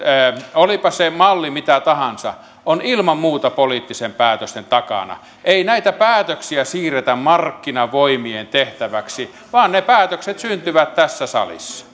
olipa se malli mitä tahansa ovat ilman muuta poliittisten päätösten takana ei näitä päätöksiä siirretä markkinavoimien tehtäväksi vaan ne päätökset syntyvät tässä salissa